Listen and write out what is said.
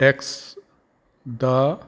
tax the